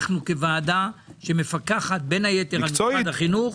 כוועדה שמפקחת בין היתר על משרד החינוך,